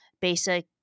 basic